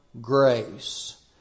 grace